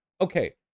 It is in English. okay